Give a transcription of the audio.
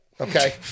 okay